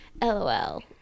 LOL